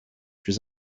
plus